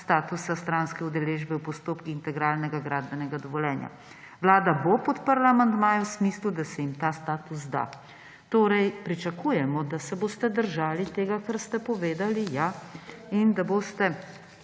statusa stranske udeležbe v postopkih integralnega gradbenega dovoljenja. Vlada bo podprla amandmaje v smislu, da se jim ta status da.« Torej pričakujemo, da se boste držali tega, kar ste povedali, ja, in da boste,